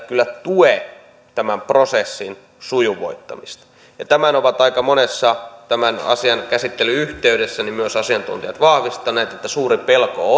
kyllä tue tämän prosessin sujuvoittamista tämän ovat aika monessa tämän asian käsittelyn yhteydessä myös asiantuntijat vahvistaneet että suuri pelko